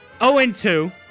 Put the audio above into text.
0-2